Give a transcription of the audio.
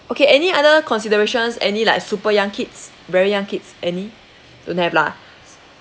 okay any other considerations any like super young kids very young kids any don't have lah